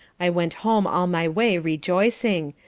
i went home all my way rejoicing,